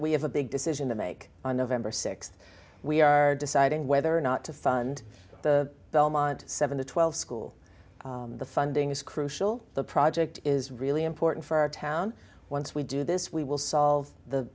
we have a big decision to make on november sixth we are deciding whether or not to fund the belmont seven to twelve school the funding is crucial the project is really important for our town once we do this we will solve the